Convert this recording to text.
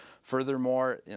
Furthermore